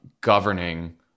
governing